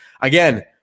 Again